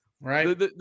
Right